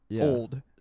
old